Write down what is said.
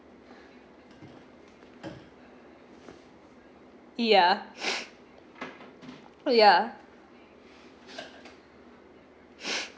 yeah yeah